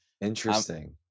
Interesting